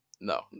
No